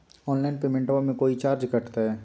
Online पेमेंटबां मे कोइ चार्ज कटते?